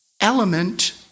element